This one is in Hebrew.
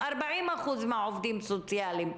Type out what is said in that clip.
40% מהעובדים הסוציאליים,